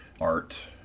art